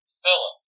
Philip